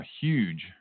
huge